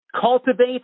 cultivate